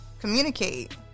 Communicate